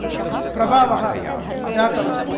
प्रभावः जातमस्ति